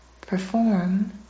perform